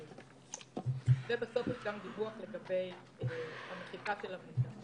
יש דיווח גם לגבי המחיקה של המידע.